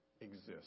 exist